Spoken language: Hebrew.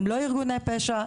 הם לא ארגוני פשע,